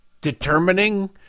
determining